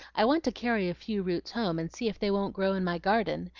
i want to carry a few roots home, and see if they won't grow in my garden.